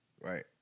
Right